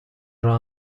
راه